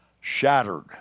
shattered